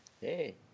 Hey